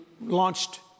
launched